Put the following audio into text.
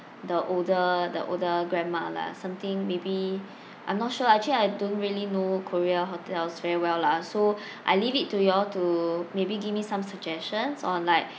the older the older grandma lah something maybe I'm not sure actually I don't really know korea hotels very well lah so I leave it to you all to maybe give me some suggestions on like